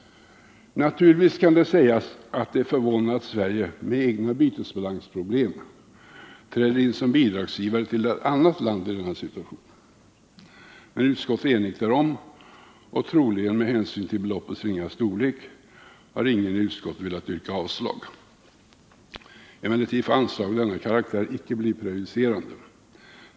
Naturligtvis kan det sägas att det är förvånande att Sverige med egna bytesbalansproblem träder in som bidragsgivare till ett annat land i denna situation. Men utskottet är enigt därom och ingen har, troligen med hänsyn till beloppets ringa storlek, velat avstyrka förslaget. Emellertid får anslag av denna karaktär inte bli prejudicerande.